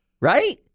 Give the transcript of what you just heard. right